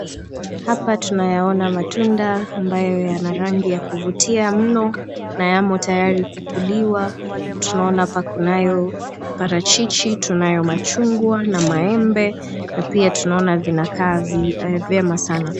Hapa tunayaona matunda ambayo yana rangi ya kuvutia mno na yamo tayari kukuliwa. Tunaona hapa tunayo parachichi, tunayo machungwa na maembe na pia tunaona vinakaa vyema sana.